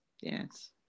Yes